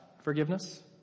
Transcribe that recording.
forgiveness